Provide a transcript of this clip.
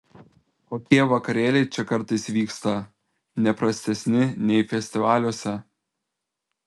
kokie vakarėliai čia kartais vyksta ne prastesni nei festivaliuose